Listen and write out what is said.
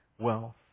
wealth